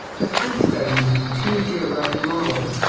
the french study used two geographic models.